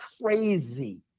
crazy